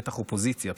בטח באופוזיציה,